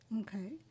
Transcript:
Okay